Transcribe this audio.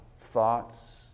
Thoughts